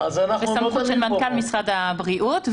בסמכות של מנכ"ל משרד הבריאות.